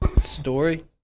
Story